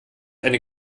eine